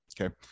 okay